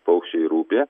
paukščiai rūpi